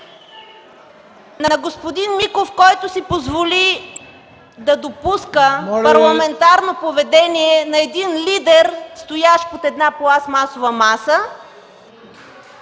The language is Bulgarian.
на господин Миков, който си позволи да допуска парламентарно поведение на един лидер, стоящ под една пластмасова маса.